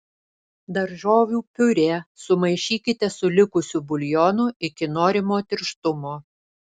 daržovių piurė sumaišykite su likusiu buljonu iki norimo tirštumo